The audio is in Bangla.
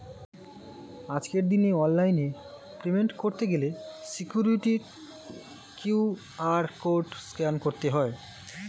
আজকের দিনে অনলাইনে পেমেন্ট করতে গেলে সিকিউরিটি কিউ.আর কোড স্ক্যান করতে হয়